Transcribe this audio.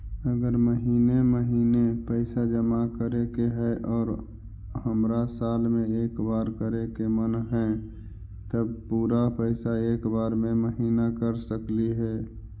अगर महिने महिने पैसा जमा करे के है और हमरा साल में एक बार करे के मन हैं तब पुरा पैसा एक बार में महिना कर सकली हे?